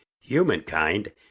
Humankind